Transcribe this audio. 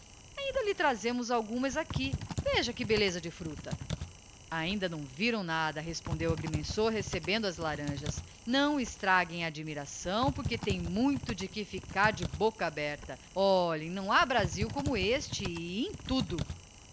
ainda lhe trazemos algumas aqui veja que belleza de fructa ainda não viram nada respondeu o agrimensor recebendo as laranjas não estraguem a admiração porque têm muito de que ficar de bocca aberta olhem não ha brasil como este e em tudo